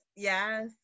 Yes